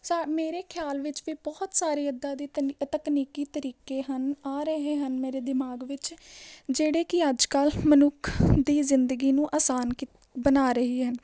ਸਾ ਮੇਰੇ ਖਿਆਲ ਵਿੱਚ ਵੀ ਬਹੁਤ ਸਾਰੀ ਇੱਦਾਂ ਦੀ ਤਨ ਤਕਨੀਕੀ ਤਰੀਕੇ ਹਨ ਆ ਰਹੇ ਹਨ ਮੇਰੇ ਦਿਮਾਗ ਵਿੱਚ ਜਿਹੜੇ ਕਿ ਅੱਜ ਕੱਲ੍ਹ ਮਨੁੱਖ ਦੀ ਜ਼ਿੰਦਗੀ ਨੂੰ ਆਸਾਨ ਬਣਾ ਰਹੀ ਹੈ